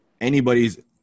anybody's